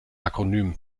akronym